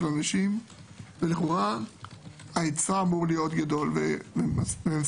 האנשים ולכאורה ההיצע אמור להיות גדול ומספק.